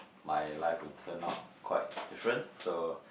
my life would turn out quite different so